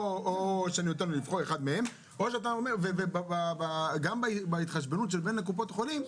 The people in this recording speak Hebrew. או אני נותן לו לבחור אחד מהם וגם בהתחשבנות שבין הקופות חולים,